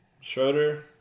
Schroeder